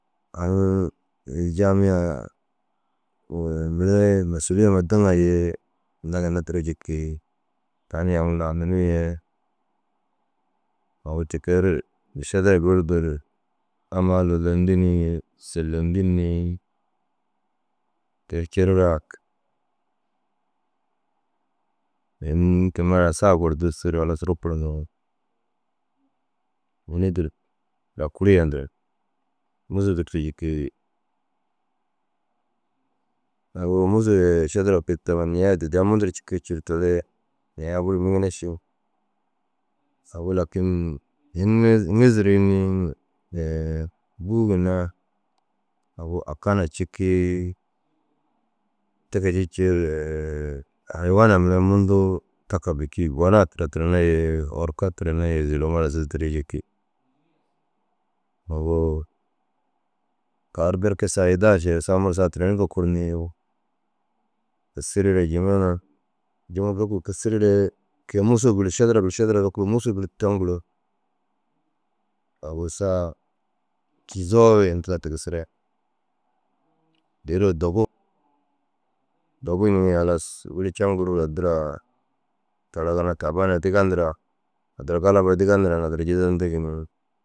Aŋ jamiyaa mire masuliyama dîiŋa ye tinda ginna duro jikii. Tan ye lanurruu yee agu teke ru Šadara girdu ni ammaa loloyindu ni selleyindu ni ter cereraa kema ra sa gor duusu ru rukur mare ini durt da kuru yendir ni Musu jikii ni. Aguu Musu ye Šadara ye kûi niya adi adiya mundu ru cikii ciir toore niya bur migine ši, agu lakin ini ŋîziruu înni? bûu ginna agu aka na cikii teke ši ciir haywana taka mundu bêki ciir gonna gona turo turona ye orka turona zûloma ra zîrtira cikii. Aguu kaaru berke sa hidaš ye sa murdom saa turon rukur ni kisiri re Jemene, Mûsou gird, Šadara ru rukur Musu girdu caŋguru agu sa tuzoo ye ini tira tigisire derioo dogu, dogu ni halas gird caŋguruu addira taara ginna taabana diga ndiraa addira galaba diga ndiraa na addira jizendigi ni